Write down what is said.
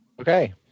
Okay